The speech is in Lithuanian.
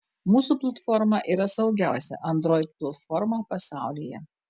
mūsų platforma yra saugiausia android platforma pasaulyje